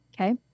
Okay